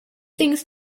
things